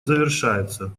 завершается